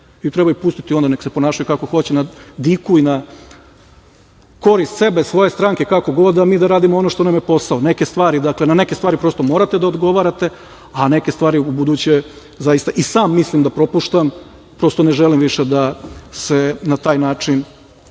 Treba ih pustiti da se ponašaju kako hoće, na diku, korist sebe, svoje stranke, kako god, a mi da radimo ono što nam je posao. Na neke stvari prosto morate da odgovarate, a neke stvari u buduće, zaista, i sam mislim da propuštam, prosto ne želim više da se na taj način